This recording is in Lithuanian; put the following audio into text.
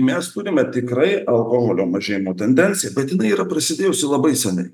mes turime tikrai alkoholio mažėjimo tendenciją bet jinai yra prasidėjusi labai senai